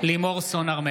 לימור סון הר מלך,